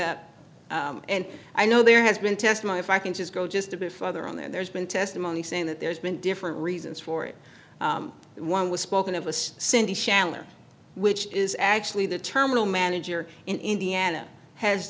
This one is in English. it up and i know there has been test my if i can just go just a bit further on that there's been testimony saying that there's been different reasons for it one was spoken of as cindy shall or which is actually the terminal manager in indiana has